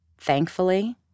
Thankfully